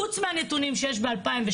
חוץ מהנתונים שיש ב-2017,